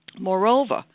Moreover